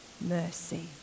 mercy